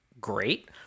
great